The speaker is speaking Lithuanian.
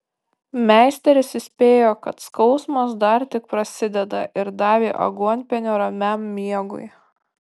meisteris įspėjo kad skausmas dar tik prasideda ir davė aguonpienio ramiam miegui